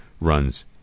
runs